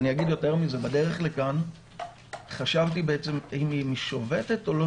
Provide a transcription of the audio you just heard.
אני גם אגיד יותר מזה: בדרך לכאן חשבתי אם היא שובתת או לא